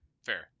Fair